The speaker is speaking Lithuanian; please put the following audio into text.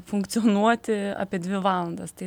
funkcionuoti apie dvi valandas tai